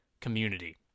community